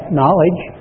knowledge